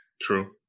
True